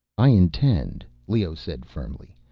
i intend, leoh said firmly,